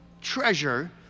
treasure